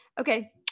Okay